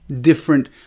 different